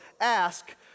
ask